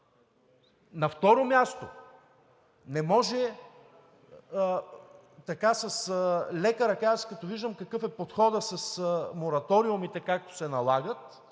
На второ място, не може така с лека ръка – аз като виждам какъв е подходът с мораториумите, както се налагат,